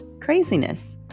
craziness